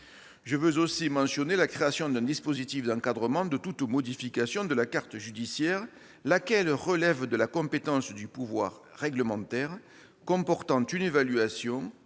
Je veux aussi mentionner la création d'un dispositif d'encadrement de toute modification de la carte judiciaire, laquelle relève de la compétence du pouvoir réglementaire, comportant une évaluation,